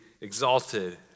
exalted